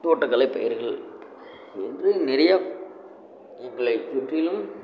தோட்டக்கலை பயிர்கள் என்று நிறையா எங்களை சுற்றிலும்